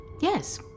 Yes